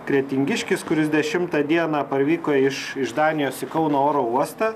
kretingiškis kuris dešimtą dieną parvyko iš iš danijos į kauno oro uostą